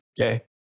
Okay